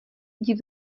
div